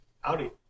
Howdy